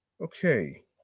Okay